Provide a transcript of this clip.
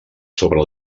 sobre